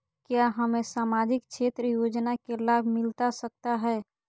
क्या हमें सामाजिक क्षेत्र योजना के लाभ मिलता सकता है?